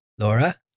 Laura